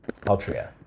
Altria